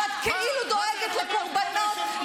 ואת כאילו דואגת לקורבנות,